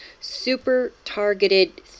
super-targeted